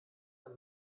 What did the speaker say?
ein